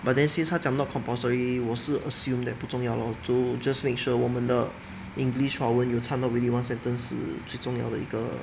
but then since 他讲 not compulsory 我是 assume that 不重要 lor so just make sure 我们的 english 华文有 come out within one sentence 是最重要的一个